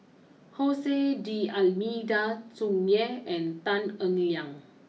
Jose D Almeida Tsung Yeh and Tan Eng Liang